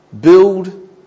Build